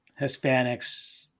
Hispanics